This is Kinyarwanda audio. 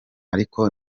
ariko